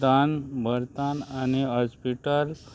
तान भरतान आनी हॉस्पिटल